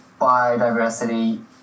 biodiversity